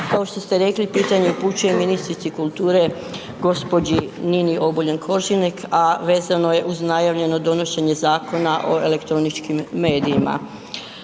Kao što ste rekli pitanje upućujem ministrici kulture gđi. Nini Obuljen-Koržinek a vezano je uz najavljeno donošenje Zakona o elektroničkim medijima.